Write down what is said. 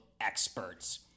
experts